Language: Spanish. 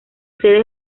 sede